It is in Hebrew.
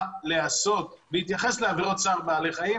להיעשות בהתייחס לעבירות צער בעלי חיים,